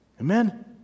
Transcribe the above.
Amen